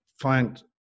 find